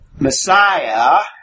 Messiah